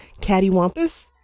cattywampus